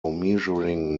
measuring